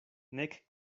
nek